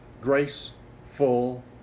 graceful